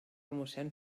mossén